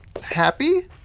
happy